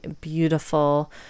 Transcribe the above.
beautiful